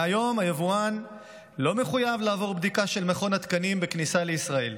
מהיום היבואן לא מחויב לעבור בדיקה של מכון התקנים בכניסה לישראל.